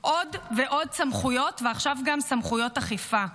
עוד ועוד סמכויות, ועכשיו, גם סמכויות אכיפה.